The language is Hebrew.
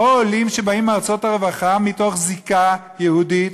או עולים שבאים מארצות הרווחה מתוך זיקה יהודית,